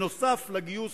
נוסף על הגיוס